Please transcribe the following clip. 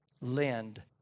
lend